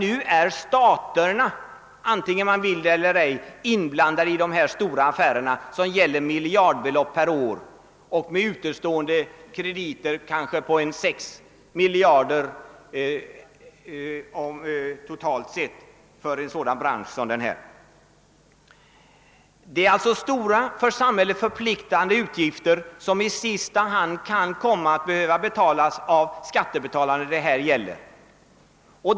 Nu är staterna — vare sig man vill det eller ej — inblandade i dessa stora affärer, som gäl ler miljardbelopp per år och medför utestående krediter på kanske 6 miljarder totalt sett för en sådan bransch som denna. Här rör det sig alltså om stora utgifter som samhället förpliktar sig till och som i sista hand kan komma att behöva betalas av skattebetalarna.